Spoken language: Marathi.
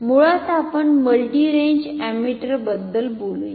मुळात आपण मल्टी रेंज एमिटर बद्दल बोलूया